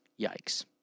Yikes